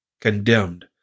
condemned